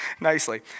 nicely